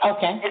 Okay